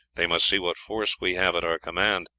they must see what force we have at our command,